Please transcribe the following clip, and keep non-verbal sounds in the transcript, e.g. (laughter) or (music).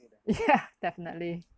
yeah (laughs) definitely